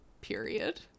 period